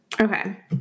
Okay